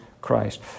Christ